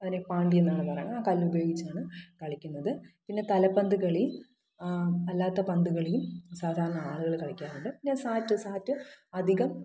അതിനെ പാണ്ടി എന്നാണ് പറയുന്നത് ആ കല്ല് ഉപയോഗിച്ചാണ് കളിക്കുന്നത് പിന്നെ തലപ്പന്ത് കളി അല്ലാത്ത പന്ത് കളിയും സാധാരണ ആളുകൾ കളിക്കാറുണ്ട് പിന്നെ സാറ്റ് സാറ്റ് അധികം